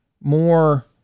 more